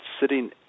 sitting